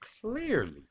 clearly